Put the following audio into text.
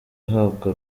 uhabwa